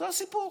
זה הסיפור.